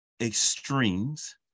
extremes